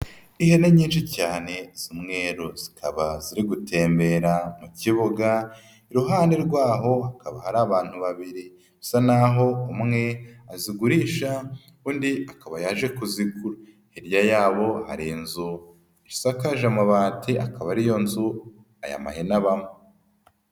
Ihene nyinshi cyane zisa umweru. Zikaba ziri gutembera mu kibuga. Iruhande rwaho hakaba hari abantu babiri bisa naho umwe azigurisha undi akaba yaje kuzigura. Hirya yabo hari inzu isakaje amabati, akaba ariyo nzu aya mahene abamo.